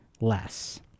less